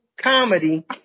comedy